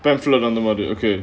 pamphlet on the mother okay